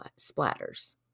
splatters